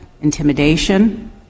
intimidation